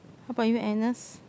how about you Agnes